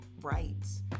rights